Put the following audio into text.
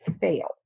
fail